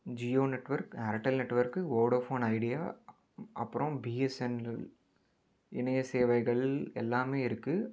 Jio network Airtel network Vodafone Idea அப்புறம் BSNL இணைய சேவைகள் எல்லாம் இருக்கு